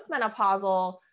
postmenopausal